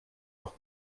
auch